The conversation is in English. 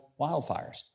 wildfires